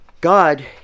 God